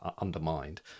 undermined